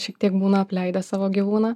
šiek tiek būna apleidę savo gyvūną